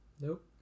Nope